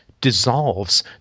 dissolves